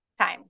time